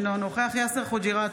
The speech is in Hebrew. אינו נוכח יאסר חוג'יראת,